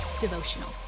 devotional